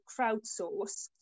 crowdsource